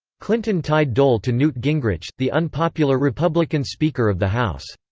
clinton tied dole to newt gingrich, the unpopular republican speaker of the house.